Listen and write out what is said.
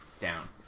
Down